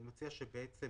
אני מציע שייאמר